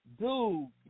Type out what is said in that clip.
Dude